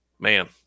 man